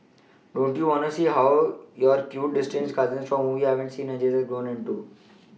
don't you wanna see how hot your cute distant cousin whom you haven't seen for ages has grown into